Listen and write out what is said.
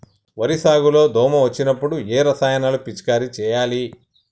వరి సాగు లో దోమ వచ్చినప్పుడు ఏ రసాయనాలు పిచికారీ చేయాలి?